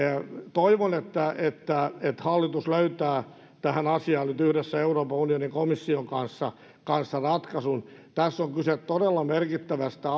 toivon että että hallitus löytää tähän asiaan nyt yhdessä euroopan unionin komission kanssa kanssa ratkaisun tässä on kyse todella merkittävästä